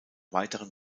weiteren